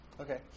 okay